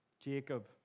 Jacob